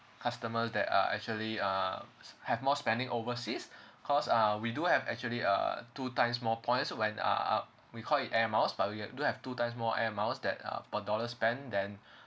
customer that are actually uh have more spending overseas cause uh we do have actually uh two times more points when uh uh we call it air miles but we have do have two types more air miles that uh per dollar spend then